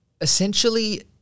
essentially